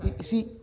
see